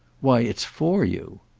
why it's for you.